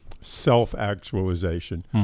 self-actualization